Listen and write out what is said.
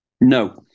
No